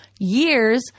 years